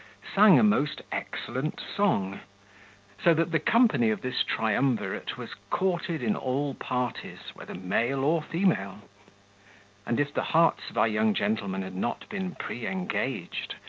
sang a most excellent song so that the company of this triumvirate was courted in all parties, whether male or female and if the hearts of our young gentlemen had not been pre-engaged,